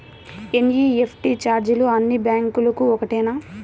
NEFT ఛార్జీలు అన్నీ బ్యాంక్లకూ ఒకటేనా?